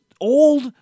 old